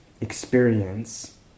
experience